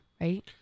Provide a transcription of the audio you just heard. right